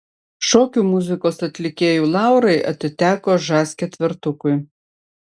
šokių muzikos atlikėjų laurai atiteko žas ketvertukui